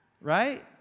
right